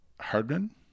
Hardman